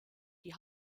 die